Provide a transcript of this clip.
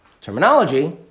terminology